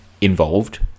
involved